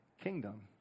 kingdom